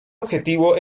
objetivo